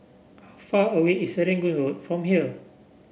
far away is Serangoon Road from here